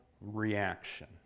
reaction